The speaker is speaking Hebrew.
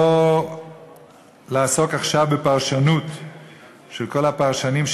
לא לעסוק עכשיו בפרשנות של כל הפרשנים,